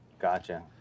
gotcha